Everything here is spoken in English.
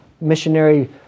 missionary